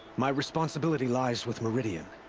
my responsibility lies with meridian.